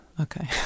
Okay